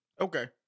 Okay